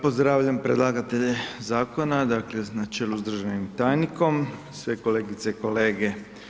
Pozdravljam predlagatelje Zakona, dakle, na čelu sa državnim tajnikom, sve kolegice i kolege.